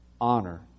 honor